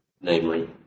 Namely